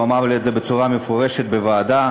הוא אמר לי את זה בצורה מפורשת בוועדה.